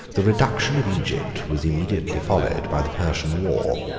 the reduction of egypt was immediately followed by the persian war.